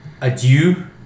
adieu